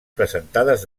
presentades